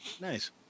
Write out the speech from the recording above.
Nice